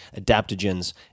adaptogens